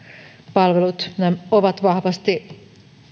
palvelut ovat vahvasti